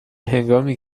هنگامی